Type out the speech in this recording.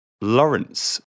Lawrence